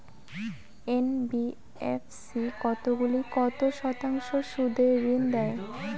NBFC কতগুলি কত শতাংশ সুদে ঋন দেয়?